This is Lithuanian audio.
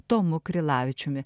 tomu krilavičiumi